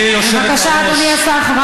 בבקשה, אדוני השר.